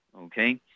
okay